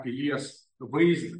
pilies vaizdą